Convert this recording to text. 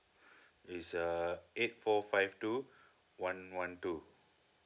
it's uh eight four five two one one two